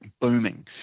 booming